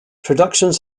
productions